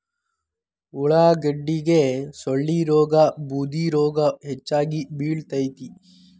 ಉಳಾಗಡ್ಡಿಗೆ ಸೊಳ್ಳಿರೋಗಾ ಬೂದಿರೋಗಾ ಹೆಚ್ಚಾಗಿ ಬಿಳತೈತಿ